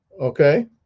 okay